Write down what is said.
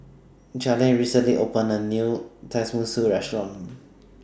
Jalen recently opened A New Tenmusu Restaurant